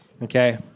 Okay